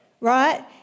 right